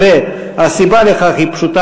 הסיבה לכך היא פשוטה,